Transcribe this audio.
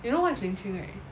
you know what is lynching right